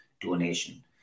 donation